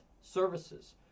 Services